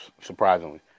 Surprisingly